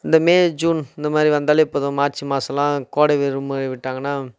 இந்த May June இந்தமாதிரி வந்தாலே போதும் மார்ச் மாசம் எல்லாம் கோடை விடுமுறை விட்டாங்கனா